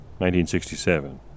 1967